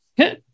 Okay